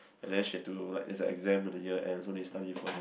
and then she have to like there's an exam in the year end so need to study for that